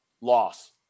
Loss